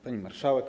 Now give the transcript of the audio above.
Pani Marszałek!